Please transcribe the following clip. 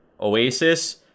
Oasis